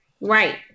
Right